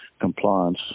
compliance